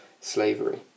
slavery